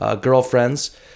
girlfriends